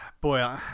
boy